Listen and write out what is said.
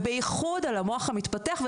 ובייחוד על המוח המתפתח,